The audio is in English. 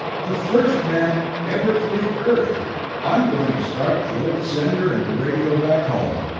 the first men ever to leave earth i'm going to start the old sender and radio back home!